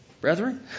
Brethren